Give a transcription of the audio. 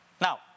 Now